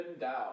down